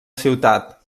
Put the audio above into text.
ciutat